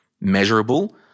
measurable